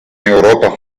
europa